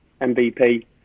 MVP